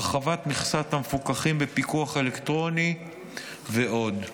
הרחבת מכסת המפוקחים בפיקוח אלקטרוני ועוד.